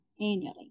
annually